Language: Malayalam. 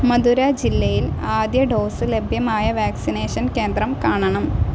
മഥുര ജില്ലയിൽ ആദ്യ ഡോസ് ലഭ്യമായ വാക്സിനേഷൻ കേന്ദ്രം കാണണം